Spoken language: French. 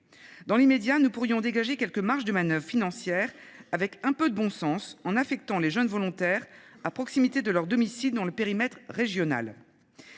Dans les médias, nous pourrions dégager quelques marges de manoeuvre financière avec un peu de bon sens en affectant les jeunes volontaires à proximité de leur domicile dans le périmètre régional.